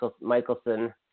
Michelson